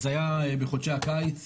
זה היה בחודשי הקיץ,